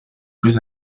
plus